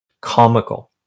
comical